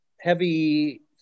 heavy